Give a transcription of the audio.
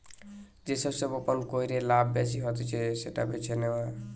যে শস্য বপণ কইরে লাভ বেশি হতিছে সেটা বেছে নেওয়া